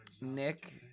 Nick